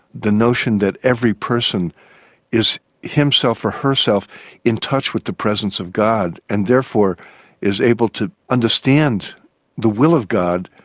the notion that every person is himself or herself in touch with the presence of god and therefore is able to understand the will of god,